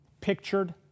pictured